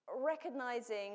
recognizing